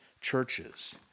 churches